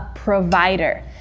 provider